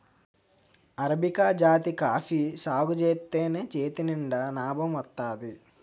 arabica జాతి coffee సాగుజేత్తేనే చేతినిండా నాబం వత్తాది